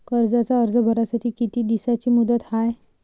कर्जाचा अर्ज भरासाठी किती दिसाची मुदत हाय?